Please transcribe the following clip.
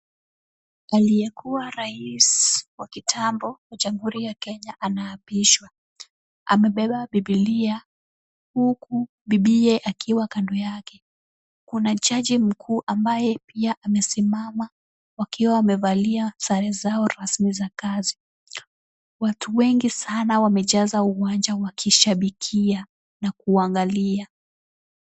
Aliyekuwa rais wa kitambo wa jamhuri ya Kenya anaapishwa . Amebeba bibilia huku bibiye akiwa kando yake. Kuna jaji mkuu ambaye pia amesimama wakiwa wamevalia sare zao rasmi za kazi. Watu wengi sana wamejaza uwanja wakishabikia na kuangalia.